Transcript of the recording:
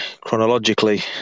chronologically